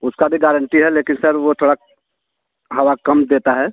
उसकी भी गारण्टी है लेकिन सर वह थोड़ा हवा कम देता है